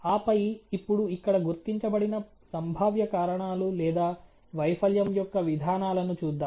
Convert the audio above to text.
ఆపై ఇప్పుడు ఇక్కడ గుర్తించబడిన సంభావ్య కారణాలు లేదా వైఫల్యం యొక్క విధానాలను చూద్దాం